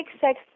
sex